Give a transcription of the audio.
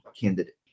candidate